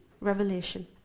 revelation